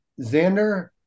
Xander